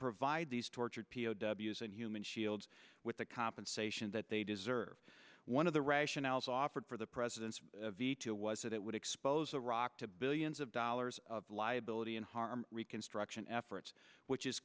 provide these tortured p o w s and human shields with the compensation that they deserve one of the rationales offered for the president's veto was that it would expose iraq to billions of dollars of liability and harm reconstruction efforts which is